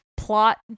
plot